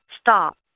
Stop